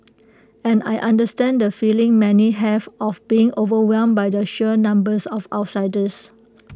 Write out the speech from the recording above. and I understand the feeling many have of being overwhelmed by the sheer numbers of outsiders